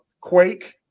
quake